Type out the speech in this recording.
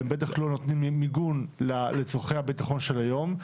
אבל הם בטח לא נותנים מיגון לצרכי הביטחון של היום.